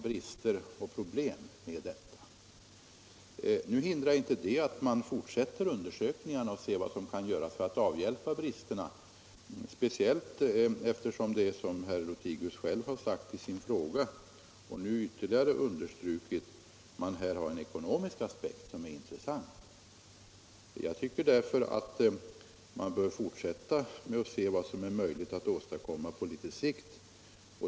Det hindrar inte att 11 december 1975 man fortsätter undersökningarna och ser vad som kan göras för at av = hjälpa bristerna, speciellt eftersom det här finns, som herr Lothigius själv Om övergång till framhållit i sin fråga och nu ytterligare understrukit, en ekonomisk aspekt — innerbelysta som är intressant. Jag tycker därför att man bör fortsätta och se vad vägmärken som är möjligt att åstadkomma på sikt.